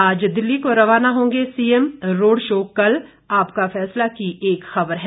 आज दिल्ली को रवाना होंगे सीएम रोड शो कल आपका फैसला की एक खबर है